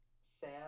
Sam